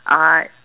uh